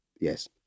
yes